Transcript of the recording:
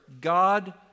God